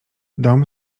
dom